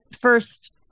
first